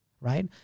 right